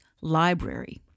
library